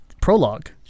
prologue